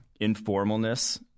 informalness